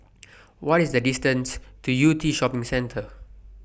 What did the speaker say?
What IS The distance to Yew Tee Shopping Centre